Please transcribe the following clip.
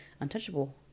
untouchable